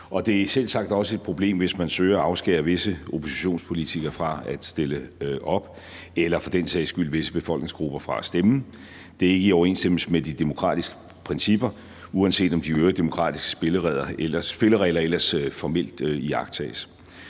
Det er selvsagt også et problem, hvis man søger at afskære visse oppositionspolitikere fra at stille op eller for den sags skyld visse befolkningsgrupper fra at stemme. Det er ikke i overensstemmelse med de demokratiske principper, uanset om de øvrige demokratiske spilleregler ellers formelt iagttages.